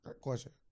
question